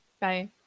Bye